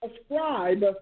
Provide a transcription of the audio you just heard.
ascribe